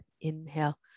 Inhale